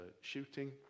shooting